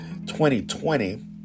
2020